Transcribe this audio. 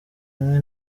imwe